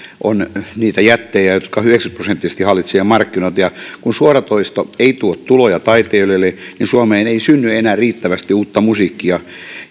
on niitä jättejä jotka yhdeksänkymmentä prosenttisesti hallitsevat markkinoita ja kun suoratoisto ei tuo tuloja taiteilijoille niin suomeen ei synny enää riittävästi uutta musiikkia